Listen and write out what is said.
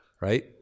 right